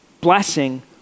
blessing